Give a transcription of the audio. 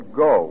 go